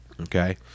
Okay